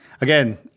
Again